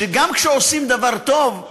גם כשעושים דבר טוב,